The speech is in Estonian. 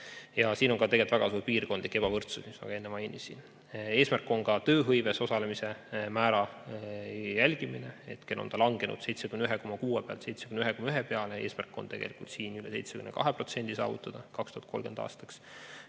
Ja siin on tegelikult ka väga suur piirkondlik ebavõrdsus, mis ma enne mainisin. Eesmärk on ka tööhõives osalemise määra jälgimine, hetkel on ta langenud 71,6 pealt 71,1 peale, aga eesmärk on üle 72% saavutada 2030. aastaks.